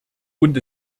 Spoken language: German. und